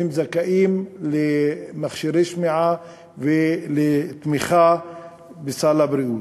הם זכאים למכשירי שמיעה ולתמיכה בסל הבריאות.